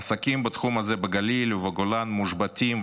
העסקים בתחום הזה בגליל ובגולן מושבתים,